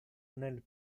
nel